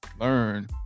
learn